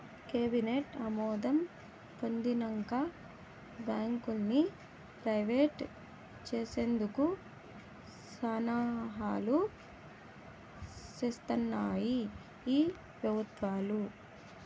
cabinet ఆమోదం పొందినంక బాంకుల్ని ప్రైవేట్ చేసేందుకు సన్నాహాలు సేస్తాన్నాయి ఈ పెబుత్వాలు